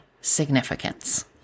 significance